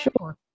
Sure